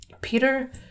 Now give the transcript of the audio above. Peter